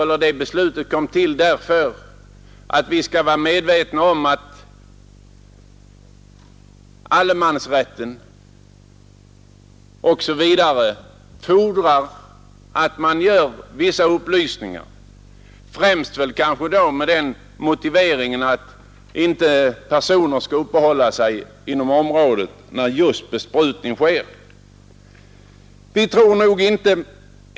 Ja, detta beslut kom till för att allemansrätten etc. fordrar att man ger vissa upplysningar, främst kanske med motiveringen att folk inte skall uppehålla sig inom området just när besprutning pågår.